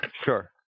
sure